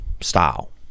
style